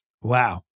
Wow